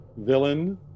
villain